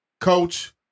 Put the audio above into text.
coach